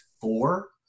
four